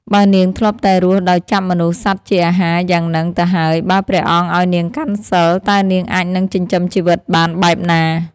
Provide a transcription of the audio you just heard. បើនាងធ្លាប់តែរស់ដោយចាប់មនុស្សសត្វជាអាហារ យ៉ាង ហ្នឹងទៅហើយ បើព្រះអង្គឲ្យនាងកាន់សីល តើនាងអាចនឹងចិញ្ចឹមជីវិតបានបែបណា ?។